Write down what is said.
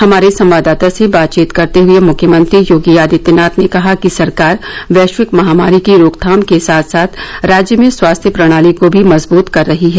हमारे संवाददाता से बातचीत करते हए मुख्यमंत्री योगी आदित्यनाथ ने कहा कि सरकार वैश्विक महामारी की रोकथाम के साथ साथ राज्य में स्वास्थ्य प्रणाली को भी मजबूत कर रही है